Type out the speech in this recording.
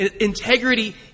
Integrity